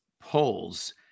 polls